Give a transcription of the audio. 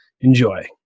Enjoy